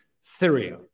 Syria